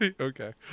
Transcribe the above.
Okay